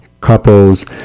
couples